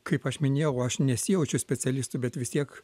kaip aš minėjau aš nesijaučiu specialistu bet vis tiek